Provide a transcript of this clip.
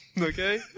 Okay